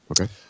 Okay